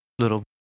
Little